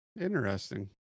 Interesting